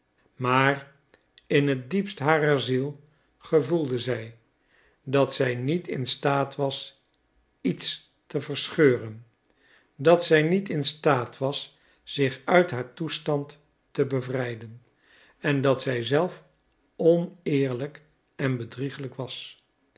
maar in het diepst harer ziel gevoelde zij dat zij niet in staat was iets te verscheuren dat zij niet in staat was zich uit haar toestand te bevrijden en dat zij zelf oneerlijk en bedriegelijk was